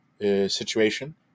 situation